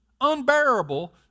unbearable